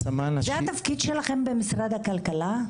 זה התפקיד שלכם במשרד הכלכלה?